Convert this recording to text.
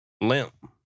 Limp